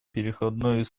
переходный